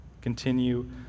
Continue